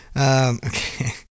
okay